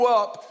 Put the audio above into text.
up